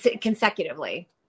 consecutively